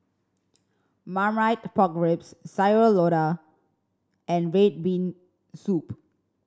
Marmite Pork Ribs Sayur Lodeh and red bean soup